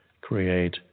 create